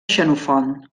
xenofont